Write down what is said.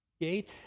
gate